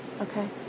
Okay